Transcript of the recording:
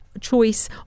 choice